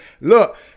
look